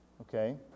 Okay